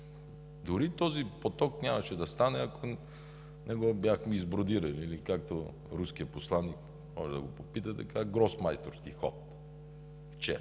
Дори този поток нямаше да стане, ако не го бяхме избродирали, или както каза руският посланик, можете да го попитате – гросмайсторски ход. Вчера